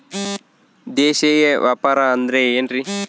ದೇಶೇಯ ವ್ಯಾಪಾರ ಅಂದ್ರೆ ಏನ್ರಿ?